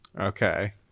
Okay